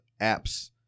apps